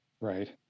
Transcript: Right